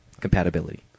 Compatibility